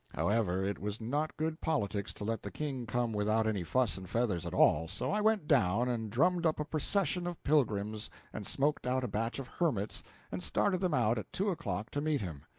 however, it was not good politics to let the king come without any fuss and feathers at all, so i went down and drummed up a procession of pilgrims and smoked out a batch of hermits and started them out at two o'clock to meet him.